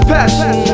Passion